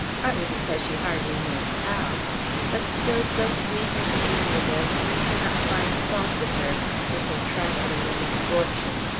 partly because she hardly knows how but still so sweet and amiable that one cannot find fault with her for so trifling a misfortune.